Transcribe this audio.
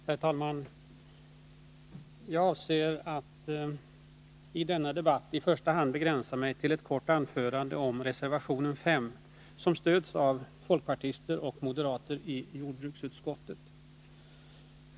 Herr talman! Jag avser att i denna debatt begränsa mig till ett kort anförande om i första hand reservation 5, som stöds av folkpartister och moderater i jordbruksutskottet.